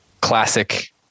classic